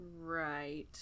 right